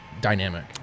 dynamic